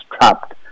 trapped